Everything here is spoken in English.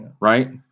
right